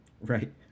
right